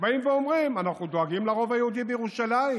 הם באים ואומרים: אנחנו דואגים לרוב היהודי בירושלים,